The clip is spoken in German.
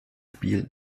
spiel